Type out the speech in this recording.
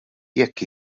jekk